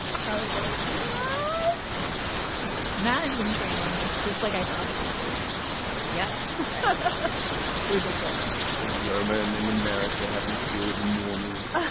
i was like its management training. it's just like i thought it would be yeah. that's but ridiculous poor roman in america having to deal with the norm means